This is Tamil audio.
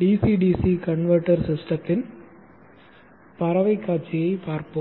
DC DC கன்வெர்ட்டர் சிஸ்டத்தின் பறவைக் காட்சியைப் பார்ப்போம்